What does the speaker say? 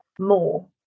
more